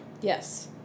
Yes